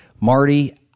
Marty